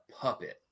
puppet